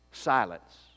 silence